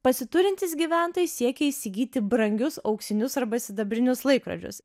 pasiturintys gyventojai siekė įsigyti brangius auksinius arba sidabrinius laikrodžius